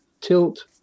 tilt